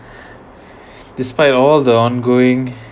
despite all the ongoing